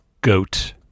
goat